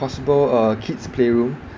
possible uh kids playroom